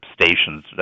stations